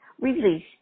release